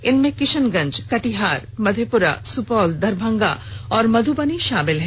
इनमें किशनगंज कटिहार मधेपुरा सुपौल दरभंगा और मधुबनी शामिल हैं